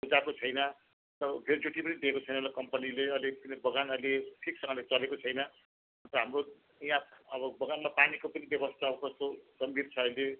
बुझाएको छैन त्यो ग्रेचुटी पनि दिएको छैन होला कम्पनीले अलिक किन बगान अलिक ठिकसँगले चलेको छैन हाम्रो यहाँ अब बगानमा पानीको पनि व्यवस्था कस्तो गम्भीर छ अहिले